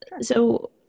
So-